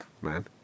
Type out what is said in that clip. man